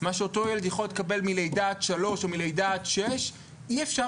מה שאותו ילד שיכול לקבל מלידה עד שלוש או מלידה עד שש אי אפשר